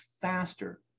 faster